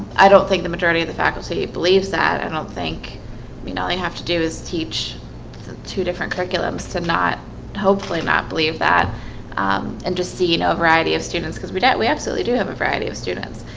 i don't think the majority of the faculty he believes that and i don't think you know they have to do is teach two different curriculums to not hopefully not believe that and just seeing a variety of students because we didn't we absolutely do have a variety of students